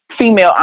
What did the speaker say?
female